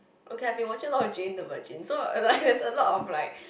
okay I've been watching a lot of Jane-the-Virgin so and I there's a lot of like